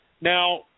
Now